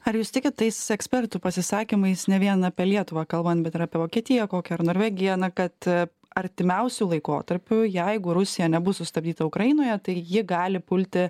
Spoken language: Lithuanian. ar jūs tikit tais ekspertų pasisakymais ne vien apie lietuvą kalbant bet ir apie vokietiją kokią ar norvegiją na kad artimiausiu laikotarpiu jeigu rusija nebus sustabdyta ukrainoje tai ji gali pulti